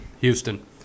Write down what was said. Houston